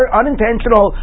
unintentional